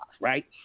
Right